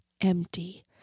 empty